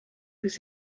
was